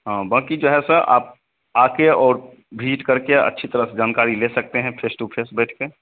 हाँ बाक़ी जो है सर आप आकर और भिजिट करके अच्छी तरह से जानकारी ले सकते हैं फेस टु फेस बैठ कर